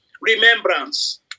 remembrance